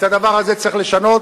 את הדבר הזה צריך לשנות.